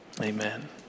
Amen